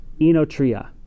Enotria